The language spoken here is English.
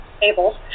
tables